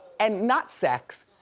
and not sex,